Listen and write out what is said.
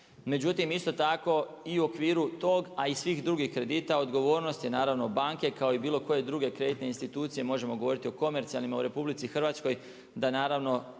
Međutim, isto tako i u okviru tog, a i svih drugih kredita odgovornost je naravno banke kao i bilo koje druge kreditne institucije možemo govoriti o komercijalnima u RH da naravno